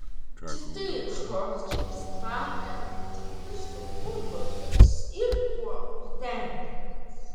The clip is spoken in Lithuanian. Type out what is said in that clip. kitais žodžiais tariant esu ubagas ir tuo patenkintas